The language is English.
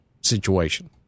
situation